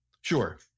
Sure